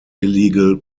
illegal